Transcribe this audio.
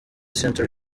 century